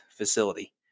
facility